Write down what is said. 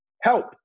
Help